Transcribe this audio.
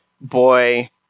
Boy